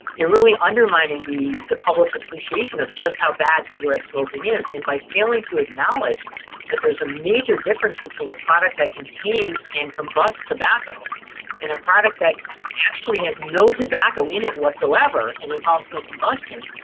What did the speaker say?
they're really undermining the the public's appreciation of just how bad cigarette smoking is. and, by failing to acknowledge that there's a major difference between a product that contains and combusts tobacco and a product that actually has no tobacco in it whatsoever and involves no combustion,